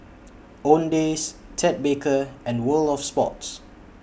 Owndays Ted Baker and World of Sports